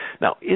Now